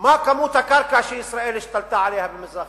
מה כמות הקרקע שישראל השתלטה עליה במזרח-ירושלים?